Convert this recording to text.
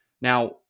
Now